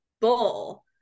bull